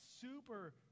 super